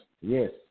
yes